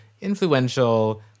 influential